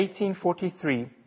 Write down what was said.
1843